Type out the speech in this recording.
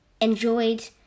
enjoyed